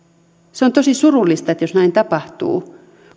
on tosi surullista jos näin tapahtuu